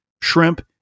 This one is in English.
shrimp